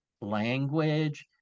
language